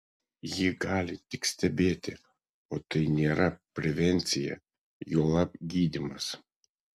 ji gali tik stebėti o tai nėra prevencija juolab gydymas